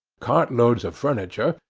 cart-loads of furniture,